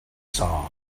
saw